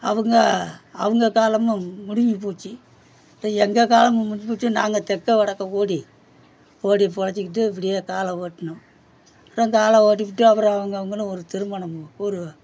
அவங்க அவங்க காலமும் முடிஞ்சு போச்சு எங்கள் காலமும் முடிஞ்சு போச்சு நாங்கள் தெற்க வடக்கே ஓடி ஓடி பொழைச்சிக்கிட்டு இப்படியே காலம் ஓட்டினோம் அப்புறம் காலம் ஓட்டிக்கிட்டு அப்புறம் அவுங்கவங்களும் ஒரு திருமணம் ஒரு